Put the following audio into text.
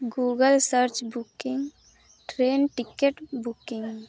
Google search booking train ticket booking